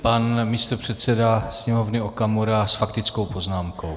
Pan místopředseda Sněmovny Okamura s faktickou poznámkou.